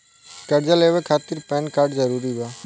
कर्जा लेवे खातिर पैन कार्ड जरूरी बा?